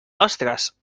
ostres